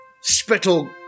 spittle